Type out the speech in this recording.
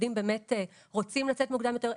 עובדים רוצים לצאת מוקדם יותר.